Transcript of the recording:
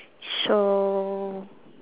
so